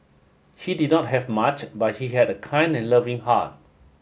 he did not have much but he had a kind and loving heart